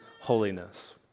holiness